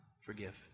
forgive